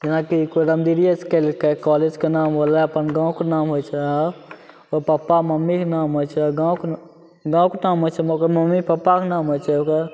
जेनाकि कोइ रमदिरिएसे कएलकै कॉलेजके नाम होइ छै अपन गामके नाम होइ छै ओकर पप्पा मम्मीके नाम होइ छै गामके गामके नाम होइ छै ओकर मम्मी पप्पाके नाम होइ छै ओकर